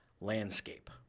landscape